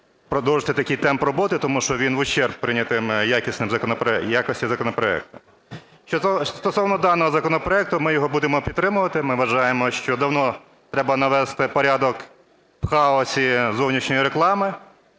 продовжувати такий темп роботи, тому що він в ущерб прийнятим якості законопроектам. Що стосовно даного законопроекту, ми його будемо підтримувати. Ми вважаємо, що давно треба навести порядок в хаосі зовнішньої реклами.